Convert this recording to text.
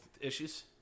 issues